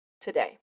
today